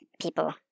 people